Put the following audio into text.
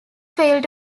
failed